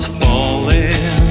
falling